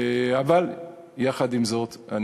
יחד עם זאת,